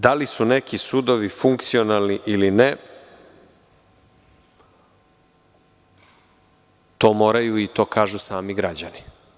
Da li su neki sudovi funkcionalni ili ne, to moraju i to kažu sami građani.